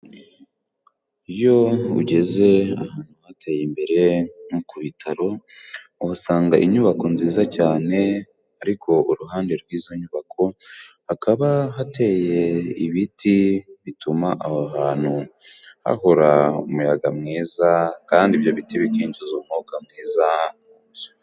Iyo ugeze ahantu hateye imbere nko ku bitaro uhasanga inyubako nziza cyane, ariko uruhande rw'izo nyubako hakaba hateye ibiti bituma aho hantu hahora umuyaga mwiza kandi ibyo biti bikinjiza umwuka mwiza mu nzu.